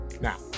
now